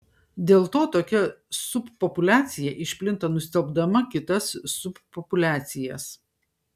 dėl to tokia subpopuliacija išplinta nustelbdama kitas subpopuliacijas